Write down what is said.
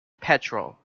petrol